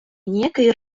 ніякий